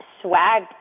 swag